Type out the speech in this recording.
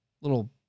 little